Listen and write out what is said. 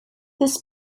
this